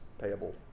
payable